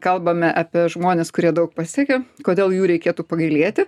kalbame apie žmones kurie daug pasiekė kodėl jų reikėtų pagailėti